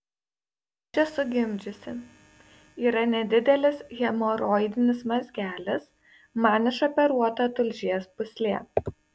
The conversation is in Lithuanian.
aš esu gimdžiusi yra nedidelis hemoroidinis mazgelis man išoperuota tulžies pūslė